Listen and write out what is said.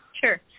Sure